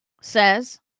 says